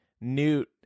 newt